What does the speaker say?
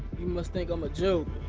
you must think i'm a joke.